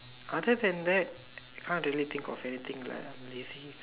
other than that I can't really think of anything leh I am lazy